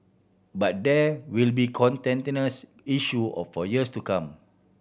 but there will be issue of for years to come